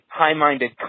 high-minded